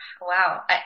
wow